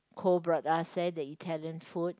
Koh brought us there the Italian food